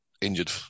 injured